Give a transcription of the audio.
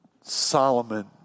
Solomon